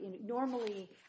normally